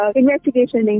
investigation